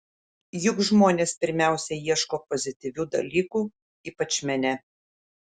juk žmonės pirmiausia ieško pozityvių dalykų ypač mene